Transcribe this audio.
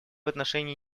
отношении